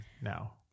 now